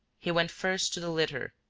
he went first to the litter,